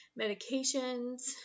medications